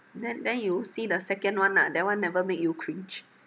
then then you see the second one ah that one never make you cringe